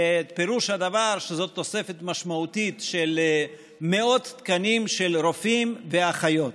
ופירוש הדבר שזאת תוספת משמעותית של מאות תקנים של רופאים ואחיות.